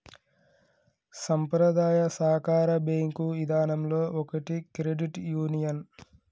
సంప్రదాయ సాకార బేంకు ఇదానంలో ఒకటి క్రెడిట్ యూనియన్